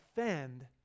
offend